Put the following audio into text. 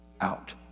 out